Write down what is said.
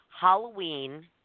Halloween